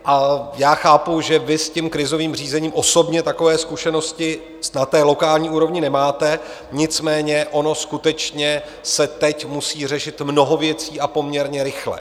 A já chápu, že vy s krizovým řízením osobně takové zkušenosti na lokální úrovni nemáte, nicméně ono skutečně se teď musí řešit mnoho věcí a poměrně rychle.